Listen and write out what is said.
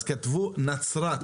אז, כתבו נצרת,